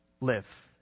live